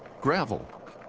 gravel